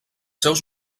seus